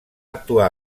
actuar